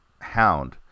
hound